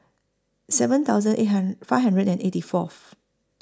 seven thousand eight hundred five hundred and eighty Fourth